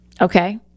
Okay